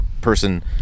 person